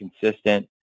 consistent